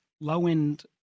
low-end